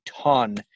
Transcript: ton